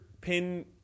pin